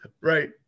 right